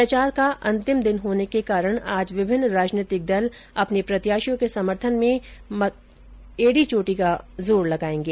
प्रचार का अंतिम दिन होने के कारण आज विभिन्न राजनीतिक दल अपने प्रत्याशियों के समर्थन में एडी चोटी का जोर लगाएंगे